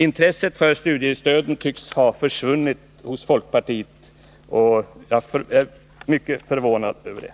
Intresset för studiestöden tycks ha försvunnit hos folkpartiet, och jag är mycket förvånad över det.